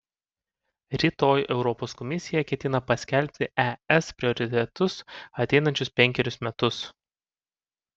rytoj europos komisija ketina paskelbti es prioritetus ateinančius penkerius metus